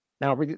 Now